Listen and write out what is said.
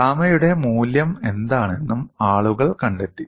ഗാമയുടെ മൂല്യം എന്താണെന്നും ആളുകൾ കണ്ടെത്തി